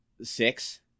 six